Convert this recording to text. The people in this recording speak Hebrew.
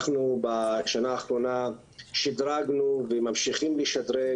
בשנה האחרונה שידרגנו וממשיכים לשדרג